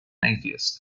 atheist